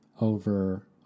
over